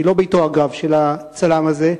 היא לא ביתו, אגב, של הצלם הזה.